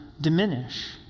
diminish